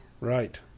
Right